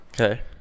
Okay